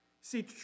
See